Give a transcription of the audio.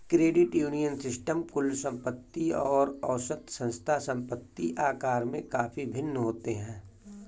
credit union system कुल संपत्ति और औसत संस्था संपत्ति आकार में काफ़ी भिन्न होते हैं